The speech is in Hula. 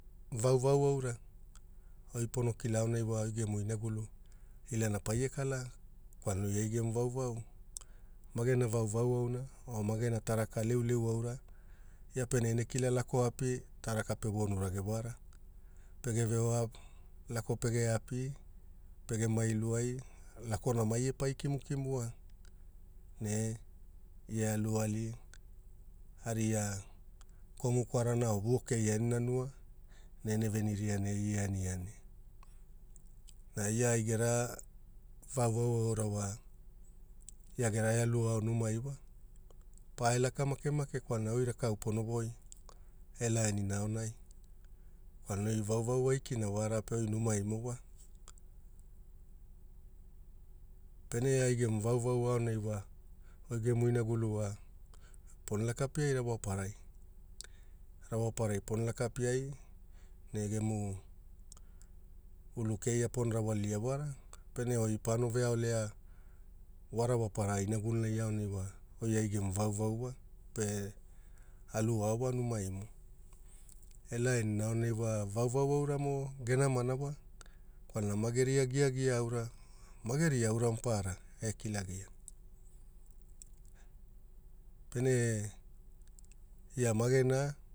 Vauvau aura oi pokila aonai wa, oi gemu inagulu ilana paie kala kwalana oi ai gemu vauvau, magena vauvau auna oo magena taraka leuleu aura, ia pene ene kila lako api, taraka pevonu rage wara. Pege veoa lako pege api, pegemai luai lakona maie pai kimukimua ne ia alu ali aria komu kwarana oo vuo keia ene nanua ne ene veniria ne ie aniani. Na ia ai gera vauvau aura wa, ia gera ealu ao numai pae laka make make kwalana oi rakaau pono voi elaanina aonai kwalana oi vauvau aikina wara pe oi numaimo wa. Pene ai gemu vauvau aonai wa, oi gemu ingulu wa, pono laka piai rawaparai, rawaparai pono laka piai ne gemu gulu keia pono rawalia wara, pene oi paono veaolea warawapara inagulunai aonai wa, oi ai gemu vauvau wa, pe alu ao wa numaimo. Elaanina aonai wa vauvau auramo gena nama wa kwalana mageria giagia aura, mageria aura mapaara ekilagia, pene ia magena